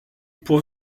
può